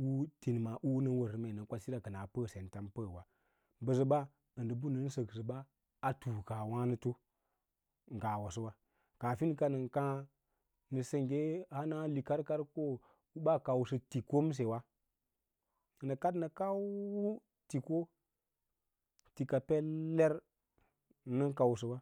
bə tinima u nə wənsə yi nən kwasira kəna pəə sentan pəəwa mbəsəɓa ndə ɓə nən səksə ba a tanukawǎnəto ngaa wabawa kaafinka nən kaã nə sengge a híkorukau ko u ɓaa kausə tikomsewa kənə kaɗ nə kauwitiko tika peller nən kausəwa.